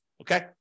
Okay